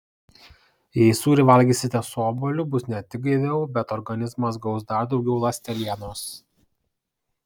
jei sūrį valgysite su obuoliu bus ne tik gaiviau bet organizmas gaus dar daugiau ląstelienos